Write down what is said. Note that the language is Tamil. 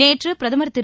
நேற்று பிரதமர் திரு